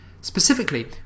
Specifically